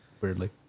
Weirdly